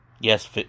Yes